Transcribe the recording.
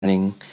Morning